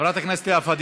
חברת הכנסת ענת